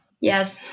yes